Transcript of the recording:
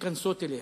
מתכנסות אליו.